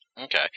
Okay